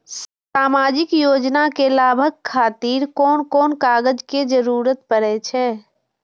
सामाजिक योजना के लाभक खातिर कोन कोन कागज के जरुरत परै छै?